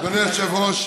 אדוני היושב-ראש,